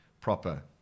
proper